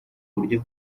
buryo